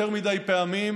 יותר מדי פעמים,